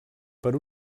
per